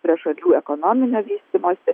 prie šalių ekonominio vystymosi